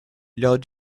lors